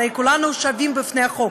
הרי כולנו שווים בפני החוק.